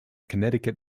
connecticut